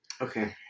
Okay